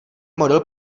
model